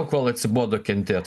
kol atsibodo kentėt